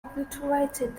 obliterated